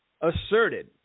asserted